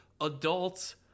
adults